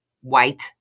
white